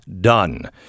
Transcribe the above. done